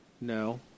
No